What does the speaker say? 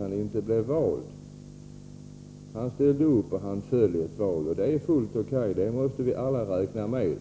inte blev vald. Han ställde upp och föll i ett val. Det är fullt O.K., det måste vi alla räkna med.